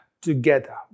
together